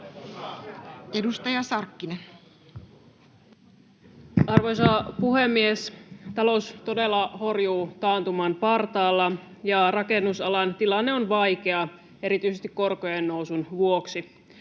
16:46 Content: Arvoisa puhemies! Talous todella horjuu taantuman partaalla, ja rakennusalan tilanne on vaikea erityisesti korkojen nousun vuoksi.